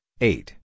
eight